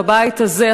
בבית הזה,